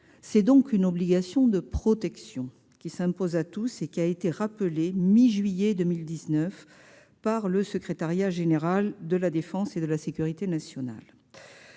Cette obligation de protection s'impose à tous et a été rappelée à la mi-juillet 2019 par le Secrétariat général de la défense et de la sécurité nationale.